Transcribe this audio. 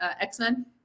X-Men